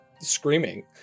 screaming